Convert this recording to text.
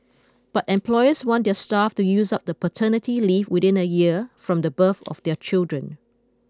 but employers want their staff to use up the paternity leave within a year from the birth of their children